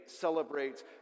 celebrates